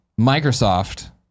Microsoft